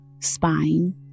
spine